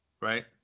right